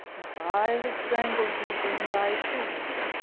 if i had strangled thee in thy prison,